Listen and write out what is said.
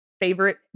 favorite